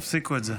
תפסיקו את זה.